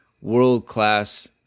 world-class